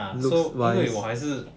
ah so 因为我还是